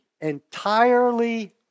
entirely